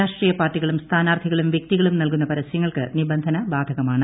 രാഷ്ട്രീയ പാർട്ടികളും സ്ഥാനാർത്ഥികളും വ്യക്തികളും നൽകുന്ന പരസ്യങ്ങൾക്ക് നിബന്ധന ബാധകമാണ്